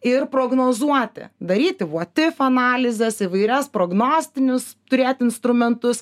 ir prognozuoti daryti voutif analizes įvairias prognostinius turėt instrumentus